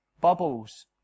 bubbles